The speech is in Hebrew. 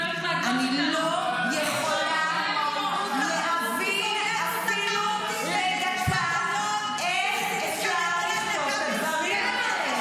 אני לא יכולה להבין אפילו לדקה איך אפשר לכתוב את הדברים האלה.